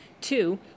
Two